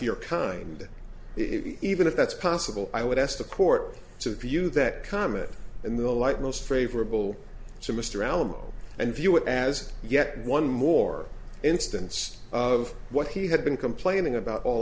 your kind if even if that's possible i would ask the court to view that comment in the light most favorable to mr alamo and view it as yet one more instance of what he had been complaining about all